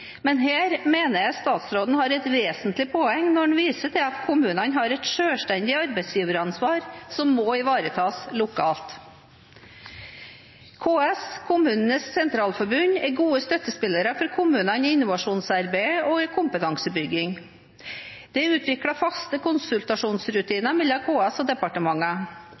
Men her mener jeg statsråden har et vesentlig poeng når han viser til at kommunene har et selvstendig arbeidsgiveransvar som må ivaretas lokalt. KS – Kommunenes Sentralforbund – er gode støttespillere for kommunene i innovasjonsarbeid og kompetansebygging. Det er utviklet faste konsultasjonsrutiner mellom KS og